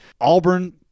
Auburn